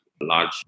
large